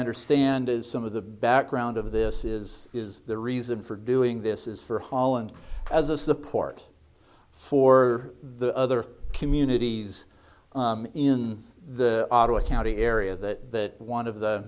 understand is some of the background of this is is the reason for doing this is for holland as a support for the other communities in the ottawa county area that one of the